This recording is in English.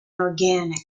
organic